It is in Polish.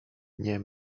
nie